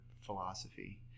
philosophy